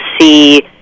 see